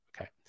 Okay